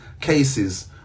cases